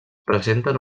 presenten